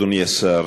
אדוני השר,